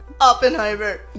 Oppenheimer